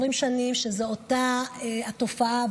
20 שנים שזו אותה התופעה,